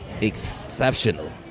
exceptional